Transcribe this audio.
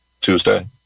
Tuesday